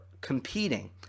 competing